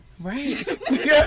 Right